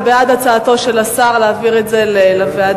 זה בעד הצעתו של השר להעביר את הנושא לוועדה,